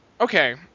okay –